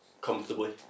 comfortably